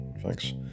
thanks